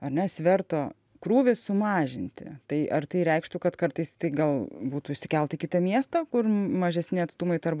ar ne svertą krūvį sumažinti tai ar tai reikštų kad kartais tai gal būtų išsikelt į kitą miestą kur mažesni atstumai tarp